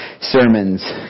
sermons